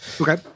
Okay